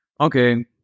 Okay